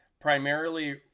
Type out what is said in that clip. primarily